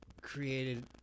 created